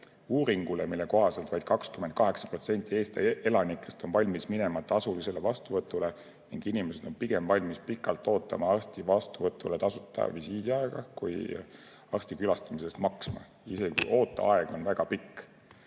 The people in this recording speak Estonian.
uuringule, mille kohaselt vaid 28% Eesti elanikest on valmis minema tasulisele vastuvõtule ning inimesed on pigem valmis pikalt ootama tasuta visiidi aega kui arsti juures käimise eest maksma, isegi kui ooteaeg on väga pikk.